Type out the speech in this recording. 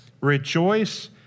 rejoice